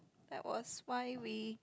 that was why we